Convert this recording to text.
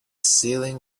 ceiling